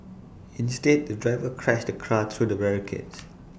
instead the driver crashed the car through the barricades